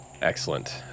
Excellent